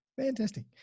Fantastic